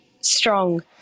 strong